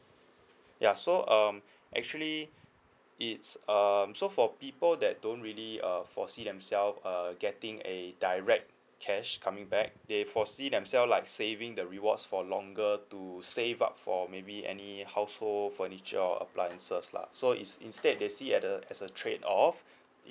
ya so um actually it's um so for people that don't really uh foresee themselves err getting a direct cash coming back they foresee themselves like saving the rewards for longer to save up for maybe any household furniture or appliances lah so is instead they see at the as a trade off